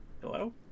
Hello